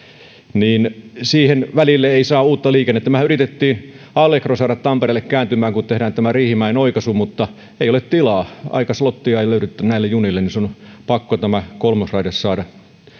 niin siihen välille ei saa uutta liikennettä mehän yritimme allegron saada tampereelle kääntymään kun tehdään tämä riihimäen oikaisu mutta ei ole tilaa aikaslottia ei löydetty näille junille joten on pakko tämä kolmas raide saada